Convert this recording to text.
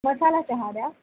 मसाला चहा द्या